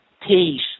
peace